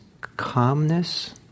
calmness